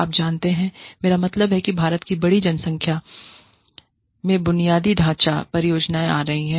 आप जानते हैं मेरा मतलब है कि भारत में बड़ी संख्या में बुनियादी ढाँचा परियोजनाएं आ रही हैं